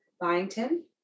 Byington